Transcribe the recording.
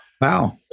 Wow